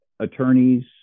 attorneys